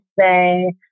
say